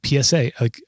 PSA